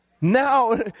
now